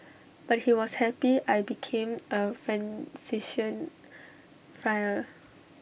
but he was happy I became A Franciscan Friar